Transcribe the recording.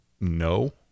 no